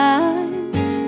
eyes